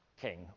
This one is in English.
King